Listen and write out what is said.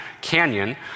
canyon